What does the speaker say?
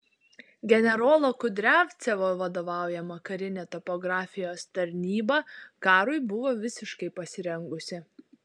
generolo kudriavcevo vadovaujama karinė topografijos tarnyba karui buvo visiškai pasirengusi